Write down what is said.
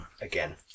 again